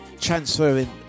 transferring